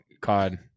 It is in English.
Cod